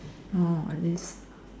orh like this